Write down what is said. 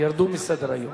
אדוני היושב-ראש,